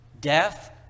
death